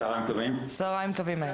צהריים טובים.